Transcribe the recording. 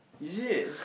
is it